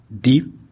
deep